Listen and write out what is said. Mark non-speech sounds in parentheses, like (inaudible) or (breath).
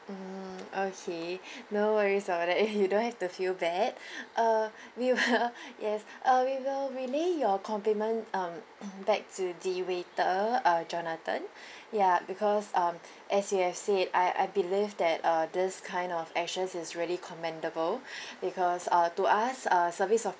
mm okay no worries about that you don't have to feel bad uh we will yes uh we will relay your compliment um back to the waiter uh jonathan ya because um as you have said I I believe that uh this kind of actions is really commendable (breath) because uh to us uh service of